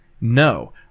no